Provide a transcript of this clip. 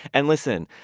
and listen,